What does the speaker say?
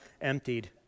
emptied